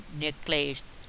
necklace